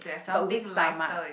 got weak stomach